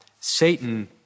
Satan